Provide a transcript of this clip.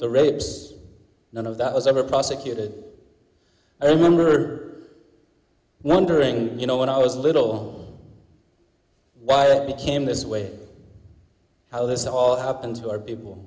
the rapes none of that was ever prosecuted i remember wondering you know when i was little why it became this way how this all happened to our people